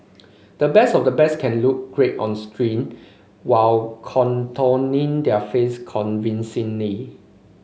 the best of the best can look great on screen while contorting their face convincingly